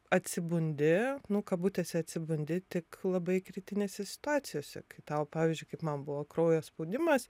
atsibundi nu kabutėse atsibundi tik labai kritinėse situacijose kai tau pavyzdžiui kaip man buvo kraujo spaudimas